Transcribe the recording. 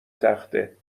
تخته